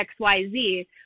xyz